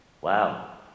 Wow